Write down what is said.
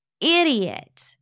idiot